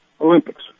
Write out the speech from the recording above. Olympics